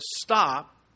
stop